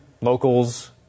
locals